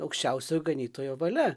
aukščiausiojo ganytojo valia